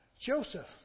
Joseph